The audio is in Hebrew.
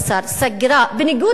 סגרה בניגוד לחוק,